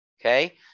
Okay